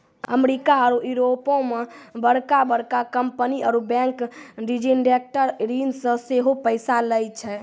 America आरु यूरोपो मे बड़का बड़का कंपनी आरु बैंक सिंडिकेटेड ऋण से सेहो पैसा लै छै